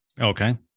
Okay